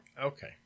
okay